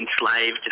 enslaved